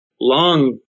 long